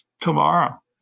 tomorrow